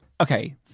okay